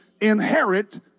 inherit